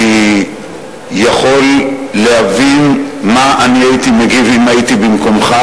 אני יכול להבין מה אני הייתי מגיב אם הייתי במקומך,